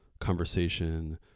conversation